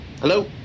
Hello